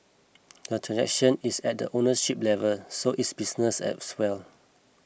the transaction is at the ownership level so it's business as well